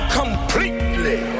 completely